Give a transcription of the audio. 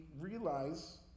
realize